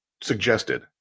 suggested